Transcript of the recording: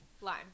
lime